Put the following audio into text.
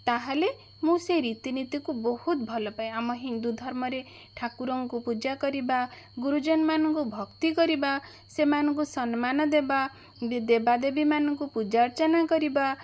ତାହାଲେ ମୁଁ ସେଇ ରୀତିନୀତି କୁ ବହୁତ ଭଲ ପାଏ ଆମ ହିନ୍ଦୁ ଧର୍ମରେ ଠାକୁରଙ୍କୁ ପୂଜା କରିବା ଗୁରୁଜନ ମାନଙ୍କୁ ଭକ୍ତି କରିବା ସେମାନଙ୍କୁ ସମ୍ମାନ ଦେବା ବି ଦେବାଦେବୀ ମାନଙ୍କୁ ପୂଜାର୍ଚନା କରିବା